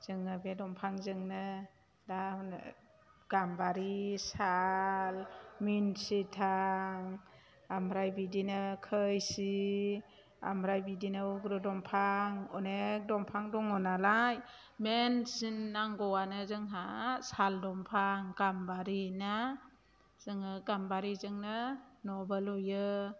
जोङो बे दंफांजोंनो दा गाम्बारि साल मोन्सिथां आमफ्राय बिदिनो खैसि आमफ्राय बिदिनो उग्र दंफां अनेख दंफां दङनालाय मेनसिन नांगौआनो जोंहा साल दंफां गाम्बारि ना जोङो गाम्बारिजोंनो न'बो लुयो